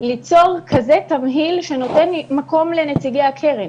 ליצור כזה תמהיל שנותן מקום לנציגי הקרן.